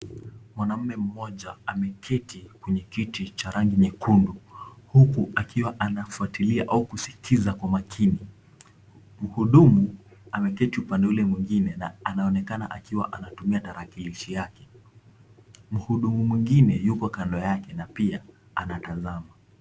Mwanaume mmoja ameketi kwenye kiti cha rangi nyekundu huku akiwa anafuatilia au kusikiza kwa makini. Mhudumu anaketi upande ule mwingine na anaonekana akiwa anatumia tarakilishi yake. Mhudumu mwingine yuko kando yake na pia anatazama.